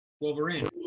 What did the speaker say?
Wolverine